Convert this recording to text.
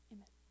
Amen